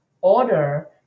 order